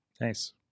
nice